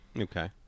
Okay